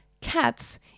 cats